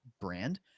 brand